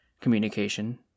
communication